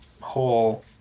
whole